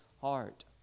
heart